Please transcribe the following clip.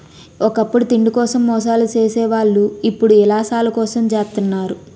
ఒకప్పుడు తిండి కోసం మోసాలు సేసే వాళ్ళు ఇప్పుడు యిలాసాల కోసం జెత్తన్నారు